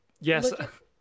Yes